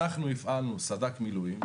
אנחנו הפעלנו סד"כ מילואים,